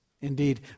indeed